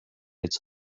its